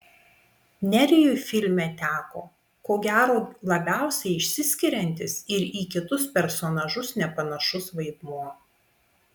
nerijui filme teko ko gero labiausiai išsiskiriantis ir į kitus personažus nepanašus vaidmuo